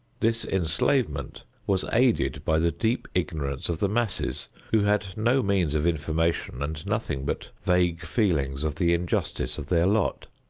this enslavement was aided by the deep ignorance of the masses who had no means of information and nothing but vague feelings of the injustice of their lot.